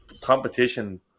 competition